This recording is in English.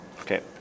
Okay